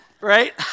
right